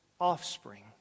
offspring